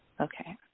Okay